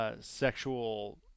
Sexual